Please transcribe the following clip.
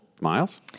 Miles